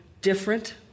different